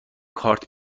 کارت